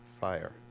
fire